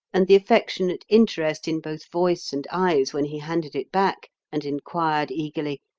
and the affectionate interest in both voice and eyes when he handed it back and inquired eagerly,